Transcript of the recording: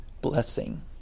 blessing